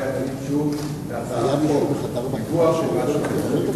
אנחנו עוברים להצבעה על הצעת חוק דיווח לוועדת